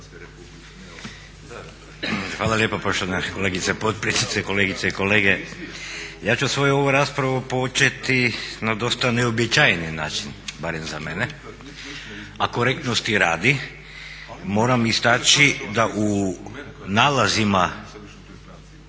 Hvala lijepa poštovana potpredsjednice, kolegice i kolege. Ja ću svoju raspravu početi na dosta neuobičajeni način barem za mene, a korektnosti radi moram istaći da u nalazima,